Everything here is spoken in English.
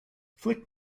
flick